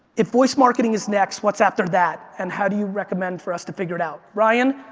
if voice marketing is next, what's after that? and how do you recommend for us to figure it out? ryan,